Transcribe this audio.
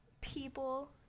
people